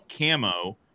camo